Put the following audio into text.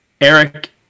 Eric